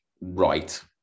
right